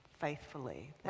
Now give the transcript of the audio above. faithfully